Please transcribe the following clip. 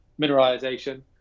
mineralization